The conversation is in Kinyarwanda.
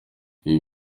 ibi